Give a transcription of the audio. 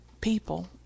people